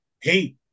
hey